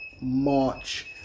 March